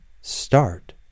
start